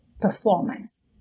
performance